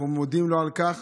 אנחנו מודים לו על כך.